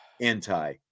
anti